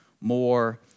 more